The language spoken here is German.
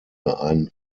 ein